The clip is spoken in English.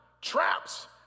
traps